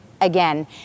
again